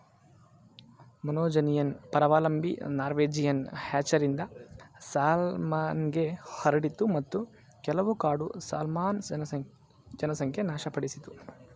monogenean ಪರಾವಲಂಬಿ Norwegian ಹ್ಯಾಚರಿಂದ ಸಾಲ್ಮನ್ಗೆ ಹರಡಿತು ಮತ್ತು ಕೆಲವು ಕಾಡು ಸಾಲ್ಮನ್ ಜನಸಂಖ್ಯೆ ನಾಶಪಡಿಸಿತು